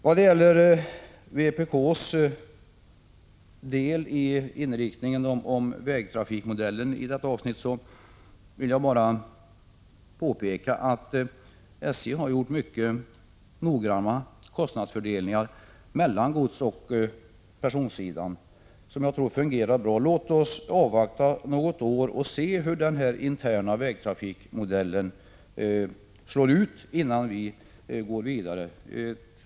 Vad gäller vpk:s yrkande om inriktningen av vägtrafikmodellen i detta avsnitt vill jag bara påpeka att SJ har gjort mycket noggranna kostnadsfördelningar mellan godsoch personsidan, som jag tror fungerar bra. Låt oss avvakta något år och se hur den interna vägtrafikmodellen slår innan vi går vidare.